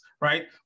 right